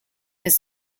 his